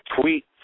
tweet